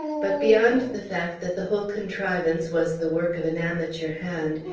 but beyond the fact that the whole contrivance was the work of an amateur hand,